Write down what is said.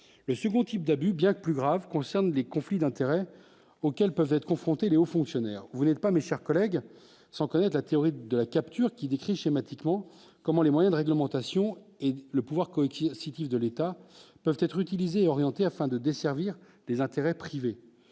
mais bon type d'abus bien plus graves concernent des conflits d'intérêts auxquels peuvent être confrontés Les fonctionnaires vous n'êtes pas mes chers collègues, sans connaître la théorie de la capture qui décrit schématiquement comment les moyens de réglementation et le pouvoir Cities de l'État peuvent être utilisés orientés afin de desservir les intérêts privés